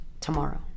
tomorrow